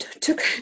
took